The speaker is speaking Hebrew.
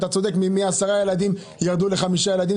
אתה צודק כי מ-10 ילדים ירדו ל-5 ילדים,